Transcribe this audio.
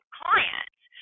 clients